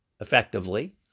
effectively